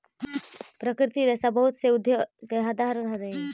प्राकृतिक रेशा बहुत से उद्योग के आधार हई